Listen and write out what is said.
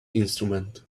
instrument